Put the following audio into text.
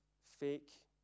fake